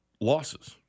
losses